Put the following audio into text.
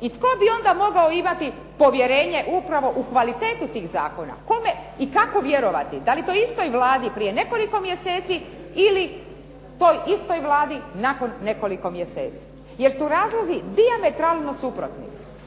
I tko bi onda mogao imati povjerenje upravo u kvalitetu tih zakona? Kome i kako vjerovati? Da li toj istoj Vladi prije nekoliko mjeseci ili toj istoj Vladi nakon nekoliko mjeseci? Jer su razlozi dijametralno suprotni.